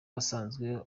basanze